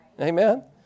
Amen